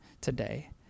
today